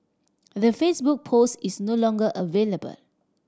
the Facebook post is no longer available